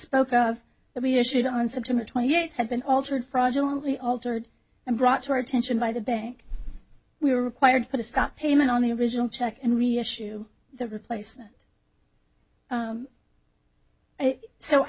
issued on september twenty eighth had been altered fraudulently altered and brought to our attention by the bank we were required to put a stop payment on the original check and reissue the replacement so i